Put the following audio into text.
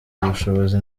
ubushobozi